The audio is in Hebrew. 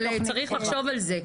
אבל צריך לחשוב על זה.